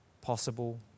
possible